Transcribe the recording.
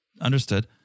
understood